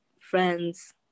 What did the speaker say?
friends